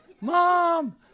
Mom